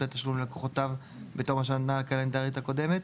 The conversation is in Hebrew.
התשלום ללקוחותיו בתום השנה הקלנדרית הקודמת,